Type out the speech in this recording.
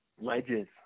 ledges